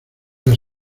las